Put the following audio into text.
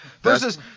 Versus